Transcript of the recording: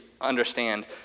understand